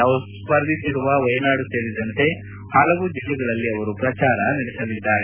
ತಾವು ಸ್ವರ್ಧಿಸುತ್ತಿರುವ ವಯನಾಡ್ ಸೇರಿದಂತೆ ಹಲವು ಜಿಲ್ಲೆಗಳಲ್ಲಿ ಅವರು ಪ್ರಚಾರ ನಡೆಸಲಿದ್ದಾರೆ